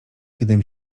gdym